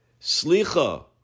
Slicha